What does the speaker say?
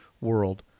world